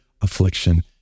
affliction